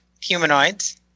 humanoids